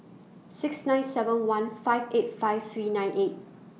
six nine seven one five eight five three nine eight